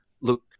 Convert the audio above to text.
look